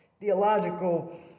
theological